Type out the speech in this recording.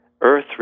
Earth